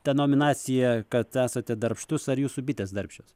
ta nominacija kad esate darbštus ar jūsų bitės darbščios